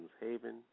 Haven